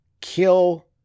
kill